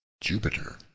Jupiter